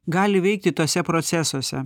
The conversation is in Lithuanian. gali veikti tuose procesuose